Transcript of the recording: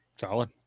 Solid